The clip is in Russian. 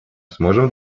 сможем